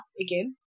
again